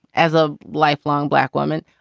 as a lifelong black woman,